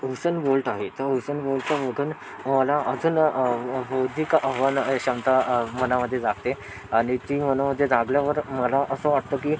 Hussain Bolt आहे त्या हुसेन बोल्टचा बघून मला अजून बौद्धिक आव्हान आणि क्षमता मनामध्ये जागते आणि ती मनामध्ये जागल्यावर मला असं वाटतं की